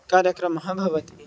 कार्यक्रमः भवति